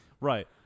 right